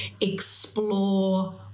explore